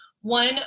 one